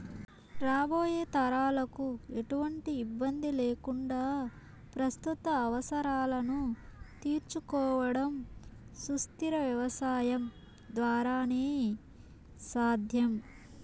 రాబోయే తరాలకు ఎటువంటి ఇబ్బంది లేకుండా ప్రస్తుత అవసరాలను తీర్చుకోవడం సుస్థిర వ్యవసాయం ద్వారానే సాధ్యం